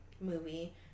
movie